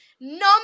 number